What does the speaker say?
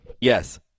Yes